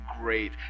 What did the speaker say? great